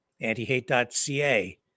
anti-hate.ca